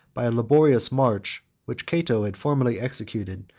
by a laborious march, which cato had formerly executed,